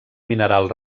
mineral